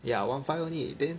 ya one five only then